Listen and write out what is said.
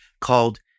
called